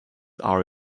are